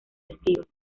testigos